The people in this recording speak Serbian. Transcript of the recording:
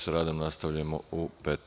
Sa radom nastavljamo u 15.